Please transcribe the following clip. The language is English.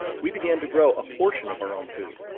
we began to grow a portion of our own food,